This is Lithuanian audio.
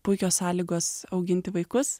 puikios sąlygos auginti vaikus